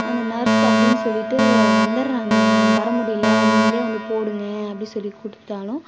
அந்த நர்ஸ் அப்படின் சொல்லிகிட்டு வந்துடுறாங்க அவங்களால வர முடியிலை நீங்களே வந்து போடுங்க அப்படி சொல்லி கூப்ட்டுட்டாலும்